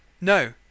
No